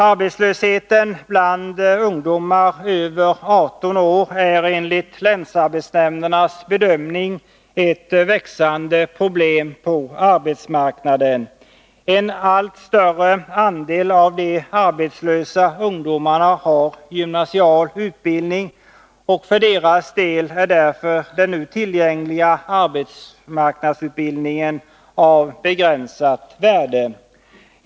Arbetslösheten bland ungdomar över 18 år är enligt länsarbetsnämndernas bedömning ett växande problem på arbetsmarknaden. En allt större andel av de arbetslösa ungdomarna har gymnasial utbildning, och för deras del är därför den nu tillgängliga arbetsmarknadsutbildningen av begränsat värde.